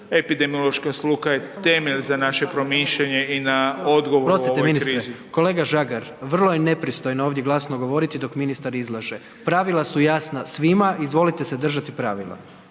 epidemiološka struka je temelj za naše promišljanje i na odgovor u ovoj krizi… **Jandroković, Gordan (HDZ)** Oprostite ministre. Kolega Žagar, vrlo je nepristojno ovdje glasno govoriti dok ministar izlaže. Pravila su jasna svima i izvolite se držati pravila